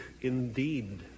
indeed